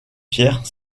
pierre